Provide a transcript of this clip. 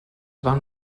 van